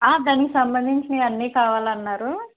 దానికి సంబంధించినవి అన్ని కావాలన్నారు